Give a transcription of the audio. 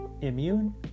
immune